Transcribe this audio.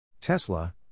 Tesla